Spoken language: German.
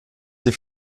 die